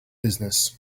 business